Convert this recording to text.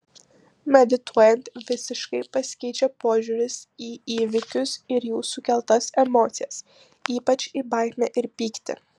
medituojant visiškai pasikeičia požiūris į įvykius ir jų sukeltas emocijas ypač į baimę ir pyktį